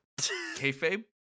Kayfabe